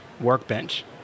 workbench